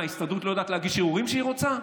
מה, ההסתדרות לא יודעת להגיש ערעורים כשהיא רוצה?